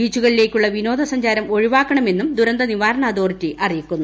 ബീച്ചുകളിലേക്കുള്ള വിനോദ സഞ്ചാരം ഒഴിവാക്കണമെന്ന് ദുരന്ത നിവാരണ അതോറിറ്റി അറിയിക്കുന്നു